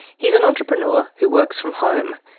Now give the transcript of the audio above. he's an entrepreneur who works from home.